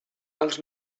els